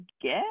guess